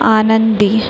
आनंदी